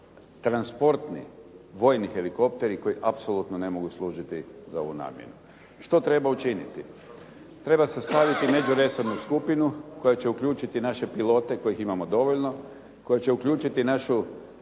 transportni vojni helikopteri koji apsolutno ne mogu služiti za ovu namjenu. Što treba učiniti? Treba sastaviti međuresornu skupinu koja će uključiti naše pilote kojih imamo dovoljno, koji će uključiti našu